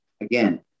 Again